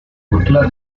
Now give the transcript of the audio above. cultura